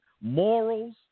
morals